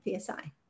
PSI